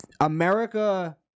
America